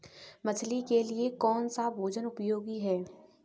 मछली के लिए कौन सा भोजन उपयोगी है?